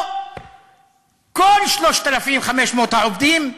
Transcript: פה כל 3,500 העובדים,